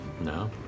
No